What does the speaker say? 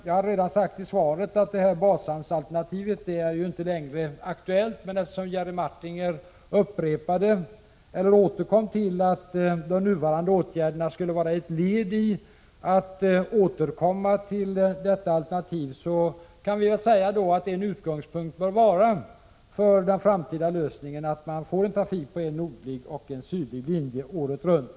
Jag har redan i svaret sagt att bashamnsalternativet inte längre är aktuellt, men Jerry Martinger återkom till att de nuvarande åtgärderna skulle vara ett led i ett återupptagande av detta alternativ. Till det vill jag säga att en utgångspunkt för den framtida lösningen bör vara att man får trafik på en nordlig och en sydlig linje året runt.